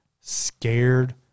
scared